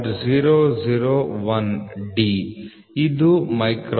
001D linear factor 0